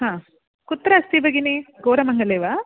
हा कुत्र अस्ति भगिनि गोरमङ्गले वा